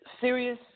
serious